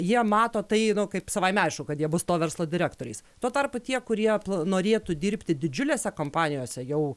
jie mato tai kaip savaime aišku kad jie bus to verslo direktoriais tuo tarpu tie kurie norėtų dirbti didžiulėse kompanijose jau